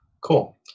Cool